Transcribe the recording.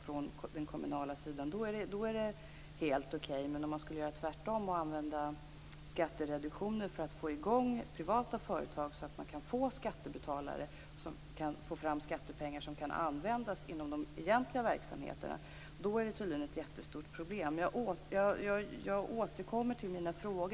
Men det är tydligen ett jättestort problem att använda skattereduktioner för att få i gång privata företag, så att det skapas skattepengar som kan användas inom de egentliga verksamheterna. Jag återkommer till mina frågor.